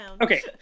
Okay